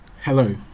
hello